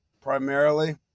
primarily